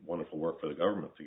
wonderful work for the government to